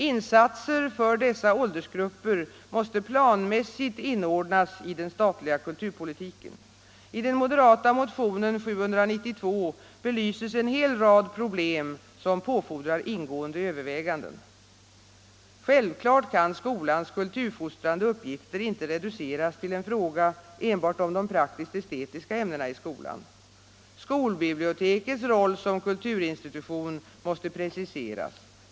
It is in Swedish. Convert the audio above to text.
Insatser för dessa åldersgrupper måste planmässigt inordnas i den statliga kulturpolitiken. I moderaternas motion 792 belyses en hel rad problem som fordrar ingående överväganden. Självfallet kan skolans kulturfostrande uppgifter inte reduceras till en fråga enbart om de praktisk-estetiska ämnena i skolan. Skolbibliotekets roll som kulturinstitution måste preciseras.